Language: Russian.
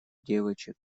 девочек